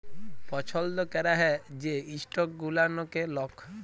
পছল্দ ক্যরা হ্যয় যে ইস্টক গুলানকে লক